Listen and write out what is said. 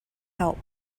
help